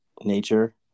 nature